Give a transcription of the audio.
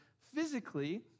physically